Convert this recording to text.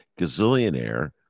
gazillionaire